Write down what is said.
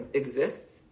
exists